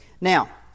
Now